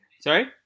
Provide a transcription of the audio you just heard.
Sorry